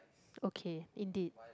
okay indeed